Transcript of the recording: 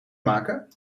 maken